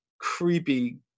creepy